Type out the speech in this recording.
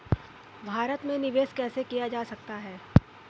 भारत में निवेश कैसे किया जा सकता है?